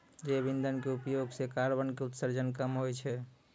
जैव इंधन के उपयोग सॅ कार्बन के उत्सर्जन कम होय छै